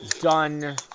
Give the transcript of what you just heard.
done –